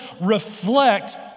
reflect